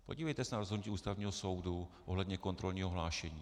Podívejte se na rozhodnutí Ústavního soudu ohledně kontrolního hlášení.